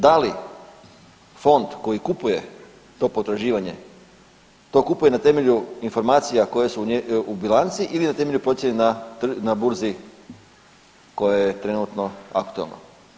Da li fond koji kupuje to potraživanje to kupuje na temelju informacija koje su u bilanci ili na temelju procjene na burzi koja je trenutno aktualna?